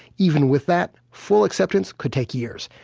even with that, full acceptance could take years.